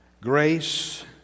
Grace